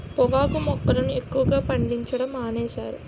పొగాకు మొక్కలను ఎక్కువగా పండించడం మానేశారు